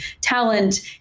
talent